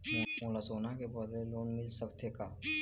मोला सोना के बदले लोन मिल सकथे का?